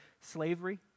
slavery